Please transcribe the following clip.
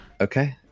Okay